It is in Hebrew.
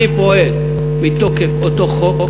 אני פועל מתוקף אותו חוק.